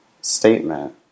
statement